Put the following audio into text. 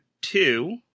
two